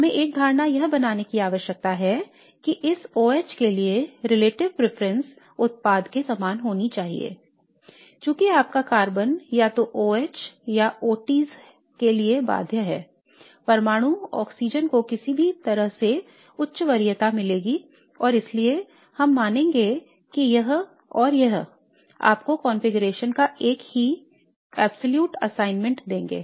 हमें एक धारणा यह बनाने की आवश्यकता है कि इस OH के लिए relative preference उत्पाद के समान होनी चाहिए I चूँकि आपका कार्बन या तो OH या OTs के लिए बाध्य है परमाणु ऑक्सीजन को किसी भी तरह से उच्च वरीयता मिलेगी और इसलिए हम मानेंगे कि यह और यह आपको कॉन्फ़िगरेशन का एक ही पूर्ण असाइनमेंट देंगे